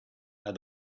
and